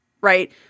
right